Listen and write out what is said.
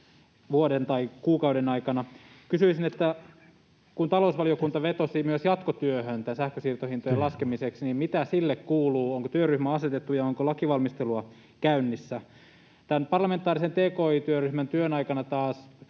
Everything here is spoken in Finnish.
vuoden tai kuukauden aikana. Kysyisin, että kun talousvaliokunta vetosi myös jatkotyöhön näiden sähkönsiirtohintojen laskemiseksi, mitä sille kuuluu. Onko työryhmä asetettu, ja onko lakivalmistelua käynnissä? Tämän parlamentaarisen tki-työryhmän työn aikana taas